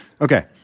Okay